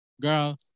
girl